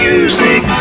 Music